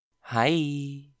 Hi